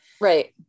right